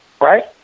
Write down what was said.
right